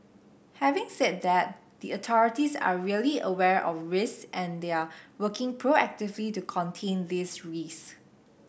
having said that the authorities are really aware of risks and they are working proactively to these risk